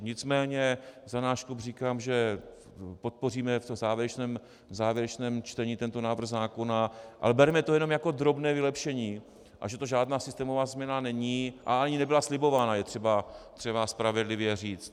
Nicméně za náš klub říkám, že podpoříme v závěrečném čtení tento návrh zákona, ale bereme to jenom jako drobné vylepšení, a že to žádná systémová změna není, a ani nebyla slibována, je třeba spravedlivě říct.